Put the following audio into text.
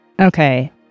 Okay